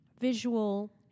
visual